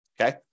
okay